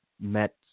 met